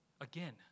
again